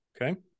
okay